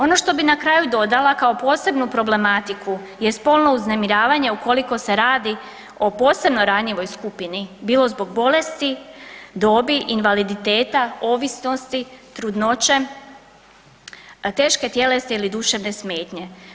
Ono što bi na kraju dodala kao posebnu problematiku je spolno uznemiravanje ukoliko se radi o posebno ranjivoj skupini, bilo zbog bolesti, dobi, invaliditeta, ovisnosti, trudnoće, teške tjelesne ili duševne smetnje.